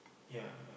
yeah